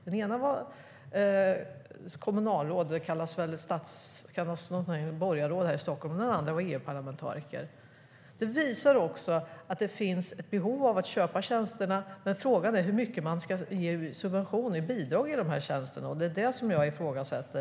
Den ena var kommunalråd - det kallas väl borgarråd här i Stockholm. Den andra var EU-parlamentariker. Det visar att det finns ett behov av att köpa tjänsterna, men frågan är hur mycket man ska ge i subvention och bidrag i fråga om de här tjänsterna. Det är det som jag ifrågasätter.